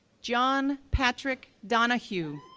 john patric donahue,